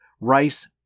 Rice